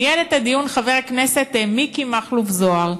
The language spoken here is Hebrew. ניהל את הדיון חבר הכנסת מכלוף מיקי זוהר.